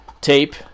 tape